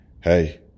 Hey